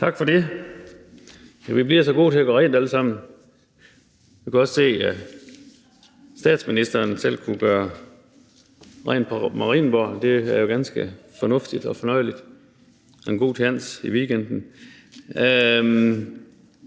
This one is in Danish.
Tak for det. Vi bliver alle sammen så gode til at gøre rent. Vi kunne også se, at statsministeren selv kunne gøre rent på Marienborg. Det er jo ganske fornuftigt og fornøjeligt – og en god tjans i weekenden.